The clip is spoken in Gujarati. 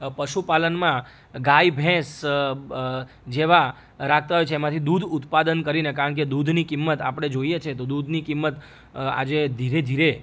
પશુપાલનમાં ગાય ભેંસ જેવા રાખતા હોય છે એમાંથી દૂધ ઉત્પાદન કરીને કારણ કે દૂધની કિંમત આપણે જોઈએ છીએ તો દૂધની કિંમત આજે ધીરે ધીરે